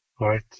Right